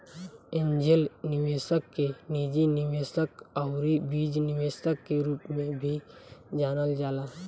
angel निवेशक के निजी निवेशक आउर बीज निवेशक के रूप में भी जानल जाला